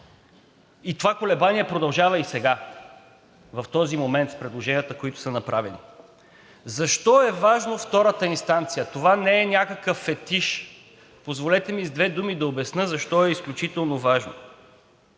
И това колебание продължава и сега, в този момент, с предложенията, които са направени. Защо е важна втората инстанция? Това не е някакъв фетиш. Позволете ми с две думи да обясня защо е изключително важно.